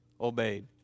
obeyed